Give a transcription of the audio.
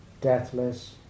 deathless